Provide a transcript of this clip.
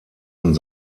und